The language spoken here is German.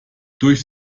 durch